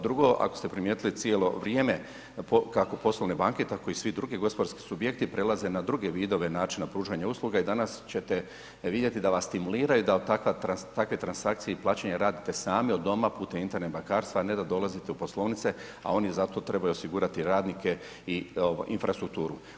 Drugo, ako ste primijetili cijelo vrijeme kako poslovne banke tako i svi drugi gospodarski subjekti prelaze na druge vidove načina pružanja usluga i danas ćete vidjeti da vas stimuliraju da takve transakcije i plaćanje radite sami od doma putem Internet bankarstva, a ne da dolazite u poslovnice, a oni za to trebaju osigurati radnike i infrastrukturu.